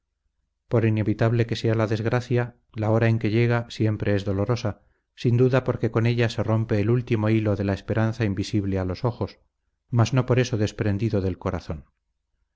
por inevitable que sea la desgracia la hora en que llega siempre es dolorosa sin duda porque con ella se rompe el último hilo de la esperanza invisible a los ojos mas no por eso desprendido del corazón